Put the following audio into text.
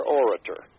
orator